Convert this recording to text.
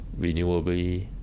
renewably